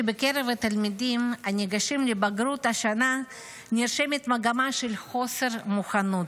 בקרב התלמידים הניגשים לבגרות השנה נרשמת מגמה של חוסר מוכנות.